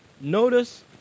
Notice